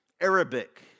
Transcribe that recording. Arabic